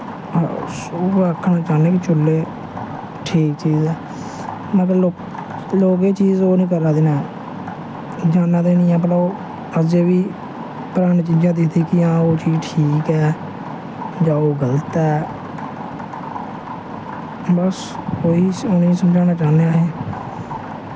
उ'ऐ आखना चाह्न्ना कि चूह्ले ठीक चीज ऐ मगर लोग एह् चीज ओह् निं करा दे न जान्ना दे निं हैन भला अजें बी परानी चीजां दिखदे कि हां ओह् चीज ठीक ऐ जां ओह् गल्त ऐ बस ओही उ'नें समझाना चाह्न्ने उ'नें गी